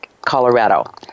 Colorado